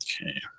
Okay